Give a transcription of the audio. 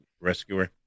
rescuer